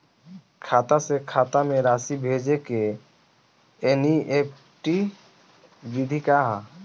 खाता से खाता में राशि भेजे के एन.ई.एफ.टी विधि का ह?